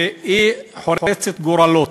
והיא חורצת גורלות.